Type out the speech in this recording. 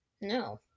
No